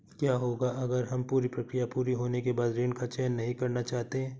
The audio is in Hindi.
क्या होगा अगर हम पूरी प्रक्रिया पूरी होने के बाद ऋण का चयन नहीं करना चाहते हैं?